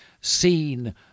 seen